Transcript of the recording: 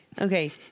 Okay